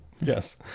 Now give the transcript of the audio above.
Yes